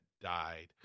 died